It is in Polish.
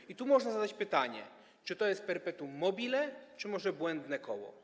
I tu można zadać pytanie: Czy to jest perpetuum mobile, czy może błędne koło?